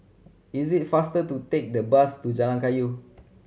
is it faster to take the bus to Jalan Kayu